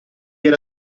era